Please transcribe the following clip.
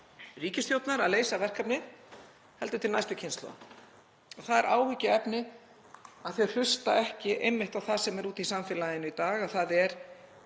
ríkisstjórnar að leysa verkefnið heldur til næstu kynslóða. Það er áhyggjuefni að þau hlusta einmitt ekki á það sem er úti í samfélaginu í dag,